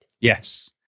Yes